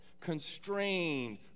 constrained